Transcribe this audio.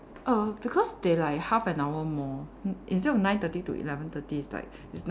oh because they like half an hour more instead of nine thirty to eleven thirty it